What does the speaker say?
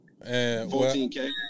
14k